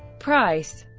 price